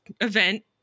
event